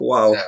Wow